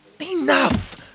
Enough